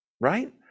right